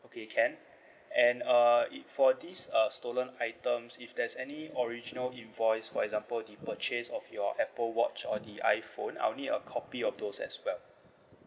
okay can and uh it for this uh stolen items if there's any original invoice for example the purchase of your apple watch or the iPhone I'll need a copy of those as well